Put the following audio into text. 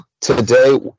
Today